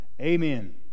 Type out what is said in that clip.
Amen